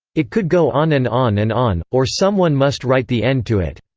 it could go on and on and on, or someone must write the end to it.